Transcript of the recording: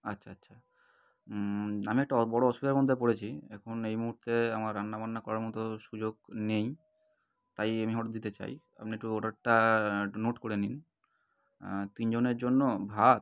আচ্ছা আচ্ছা আমি একটা অ বড়ো অসুবিধার মধ্যে পড়েছি এখন এই মুহুর্তে আমার রান্নাবান্না করার মতো সুযোগ নেই তাই আমি অর্ডার দিতে চাই আপনি একটু অর্ডারটা একটু নোট করে নিন তিনজনের জন্য ভাত